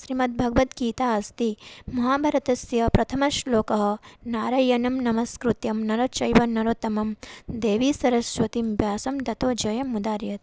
श्रीमद्भगवद्गीता अस्ति महाभारतस्य प्रथमश्लोकः नारायणं नमस्कृत्य नरं चैव नरोत्तमं देवीं सरस्वतीं व्यासं ततो जयम् उदीरयेत्